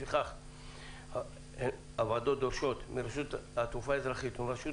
לפיכך הוועדות דורשות מרשות התעופה האזרחית ומרשות